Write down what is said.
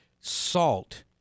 salt